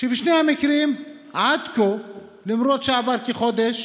שבשני המקרים עד כה, למרות שעבר כחודש,